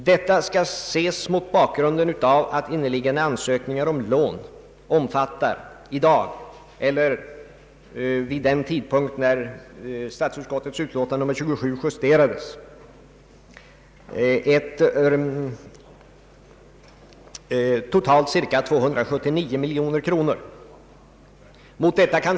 Detta skall ses mot bakgrunden av att inneliggande ansökningar om lån vid den tidpunkt då statsutskottets utlåtande nr 27 justerades uppgick till totalt 279 miljoner kronor.